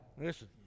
listen